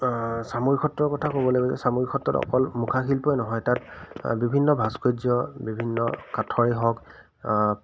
চামগুৰি সত্ৰৰ কথা ক'বলৈ গ'লে চামগুৰি সত্ৰত অকল মুখাশিল্পই নহয় তাত বিভিন্ন ভাস্কৰ্য বিভিন্ন কাঠৰেই হওক